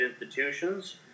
institutions